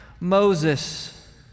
Moses